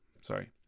sorry